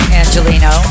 angelino